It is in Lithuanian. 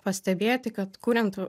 pastebėti kad kuriant